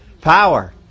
Power